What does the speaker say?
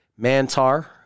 Mantar